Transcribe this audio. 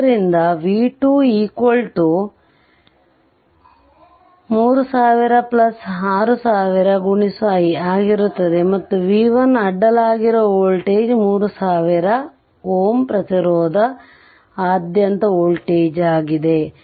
ಆದ್ದರಿಂದ v2 3000 6000 x i ಆಗಿರುತ್ತದೆಮತ್ತು v1 ಅಡ್ಡಲಾಗಿರುವ ವೋಲ್ಟೇಜ್ 3000 ಪ್ರತಿರೋಧದಾದ್ಯಂತದ ವೋಲ್ಟೇಜ್ ಆಗಿದೆ